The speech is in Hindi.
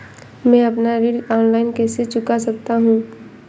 मैं अपना ऋण ऑनलाइन कैसे चुका सकता हूँ?